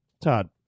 Todd